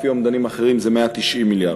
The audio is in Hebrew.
לפי אומדנים אחרים זה 190 מיליארד.